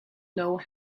know